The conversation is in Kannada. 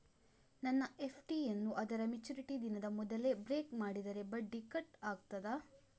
ನನ್ನ ಎಫ್.ಡಿ ಯನ್ನೂ ಅದರ ಮೆಚುರಿಟಿ ದಿನದ ಮೊದಲೇ ಬ್ರೇಕ್ ಮಾಡಿದರೆ ಬಡ್ಡಿ ಕಟ್ ಆಗ್ತದಾ?